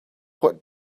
what